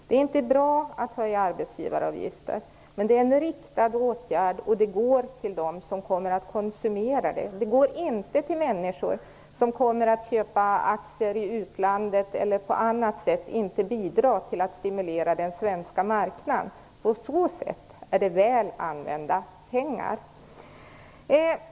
Det är inte bra att höja arbetsgivaravgiften, men det är en riktad åtgärd till fördel för dem som kommer att konsumera den inte för de människor som kommer att köpa aktier i utlandet eller som inte på annat sätt bidrar till att stimulera den svenska marknaden. På så sätt är det väl använda pengar.